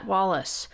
Wallace